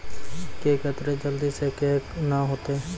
के केताड़ी जल्दी से के ना होते?